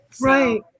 Right